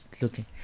looking